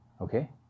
okay